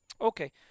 Okay